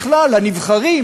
בכלל הנבחרים,